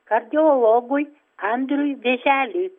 kardiologui andriui vėželiui